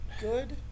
Good